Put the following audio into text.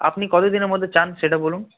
আপনি কত দিনের মধ্যে চান সেটা বলুন